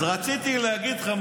אז רציתי להגיד לך,